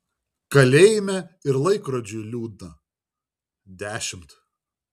kalėjime ir laikrodžiui liūdna dešimt